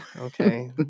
Okay